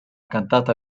cantata